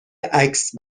عکس